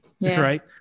right